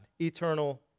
eternal